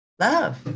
Love